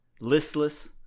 Listless